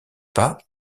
pas